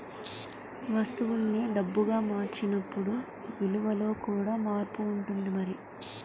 వస్తువుల్ని డబ్బుగా మార్చినప్పుడు విలువలో కూడా మార్పు ఉంటుంది మరి